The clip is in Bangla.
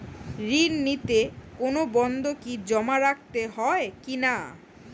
ঋণ নিতে কোনো বন্ধকি জমা রাখতে হয় কিনা?